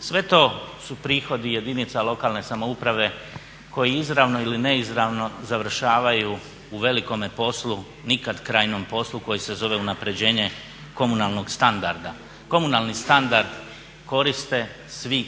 Sve to su prihodi jedinica lokalne samouprave koji izravno ili neizravno završavaju u velikome poslu nikadkrajnom poslu koji se zove unapređenje komunalnog standarda. Komunalni standard koriste svi